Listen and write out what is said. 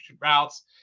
routes